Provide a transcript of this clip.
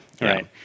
right